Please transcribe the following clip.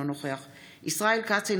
אינו נוכח ישראל כץ,